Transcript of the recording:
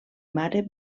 mare